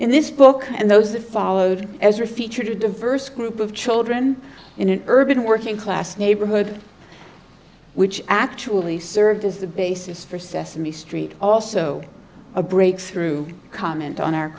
in this book and those that followed as are featured a diverse group of children in an urban working class neighborhood which actually served as the basis for sesame street also a breakthrough comment on our